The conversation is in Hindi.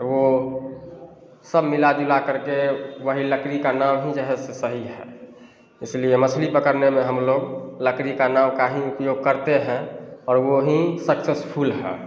वो सब मिला जुला करके वो लकड़ी का नाव हीं है जो सही है इसलिए मछली पकड़ने में हमलोग लकड़ी का नाव का हीं उपयोग करते हैं और वो हीं सक्सेसफुल है